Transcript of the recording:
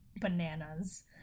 bananas